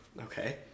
okay